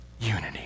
unity